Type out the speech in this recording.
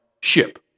ship